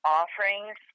offerings